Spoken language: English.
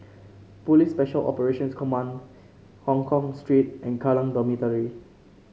Police Special Operations Command Hongkong Street and Kallang Dormitory